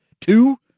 Two